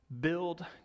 build